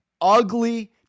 ugly